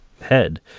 head